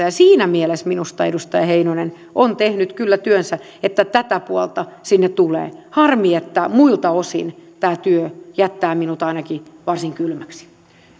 ja siinä mielessä minusta edustaja heinonen on tehnyt kyllä työnsä että tätä puolta sinne tulee harmi että muilta osin tämä työ jättää minut ainakin varsin kylmäksi